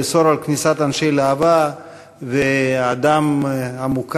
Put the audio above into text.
לאסור את כניסת אנשי להב"ה ואדם מוכר,